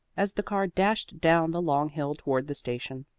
as the car dashed down the long hill toward the station.